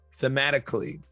Thematically